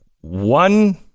one